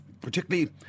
particularly